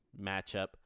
matchup